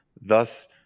thus